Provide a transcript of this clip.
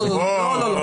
לא.